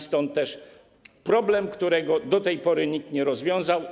Stąd też problem, którego do tej pory nikt nie rozwiązał.